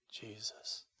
Jesus